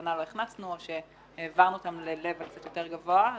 שבכוונה לא הכנסנו או שהעברנו אותם לרמה קצת יותר גבוהה.